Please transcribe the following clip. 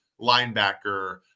linebacker